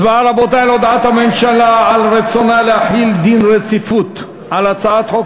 הצבעה על הודעת הממשלה על רצונה להחיל דין רציפות על הצעת חוק